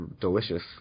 delicious